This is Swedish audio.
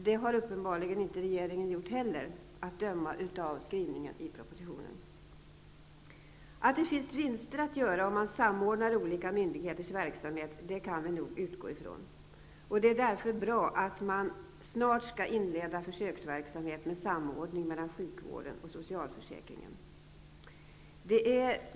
Det har uppenbarligen inte regeringen gjort heller, att döma av skrivningen i propositionen. Att det finns vinster att göra, om man samordnar olika myndigheters verksamheter, kan vi nog utgå ifrån. Det är därför bra att man snart skall inleda försöksverksamhet med samordning mellan sjukvården och socialförsäkringen.